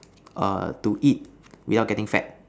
err to eat without getting fat